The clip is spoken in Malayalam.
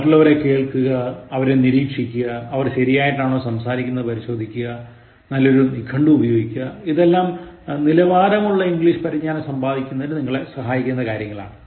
മറ്റുള്ളവരെ കേൾക്കുക അവരെ നിരീക്ഷിക്കുക അവർ ശരിയായിട്ടാണോ സംസാരിക്കുന്നത് എന്ന് പരിശോധിക്കുക നല്ലൊരു നിഘണ്ടു ഉപയോഗിക്കുക ഇതെല്ലാം നിലവാരമുള്ള ഇംഗ്ലീഷ് പരിജ്ഞാനം സമ്പാദിക്കുന്നതിനു നിങ്ങളെ സഹായിക്കും